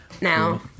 now